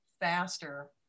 faster